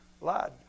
lied